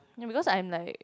ya because I'm like